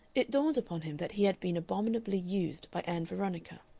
it dawned upon him that he had been abominably used by ann veronica.